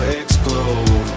explode